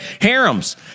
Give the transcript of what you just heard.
harems